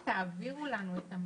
תעבירו לנו את המידע.